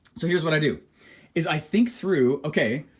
so here's what i do is i think through, okay,